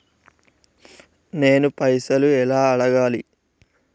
నేను పైసలు ఎలా అడగాలి?